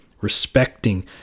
respecting